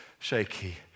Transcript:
shaky